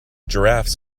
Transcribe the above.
giraffes